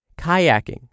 kayaking